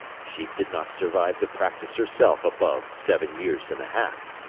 she did not survive the practice herself above seven years and a half.